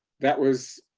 that was